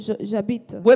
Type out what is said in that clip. j'habite